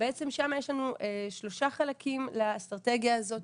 בעצם שמה יש לנו שלושה חלקים לאסטרטגיה הזאתי,